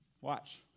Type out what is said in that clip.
Watch